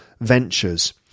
ventures